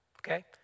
Okay